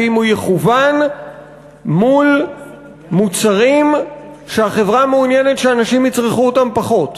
ואם הוא יכוון מול מוצרים שהחברה מעוניינת שאנשים יצרכו אותם פחות,